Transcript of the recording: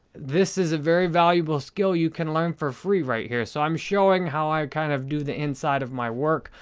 this is a very valuable skill you can learn for free right here. so, i'm showing how i kind of do the inside of my work.